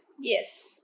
Yes